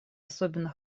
особенно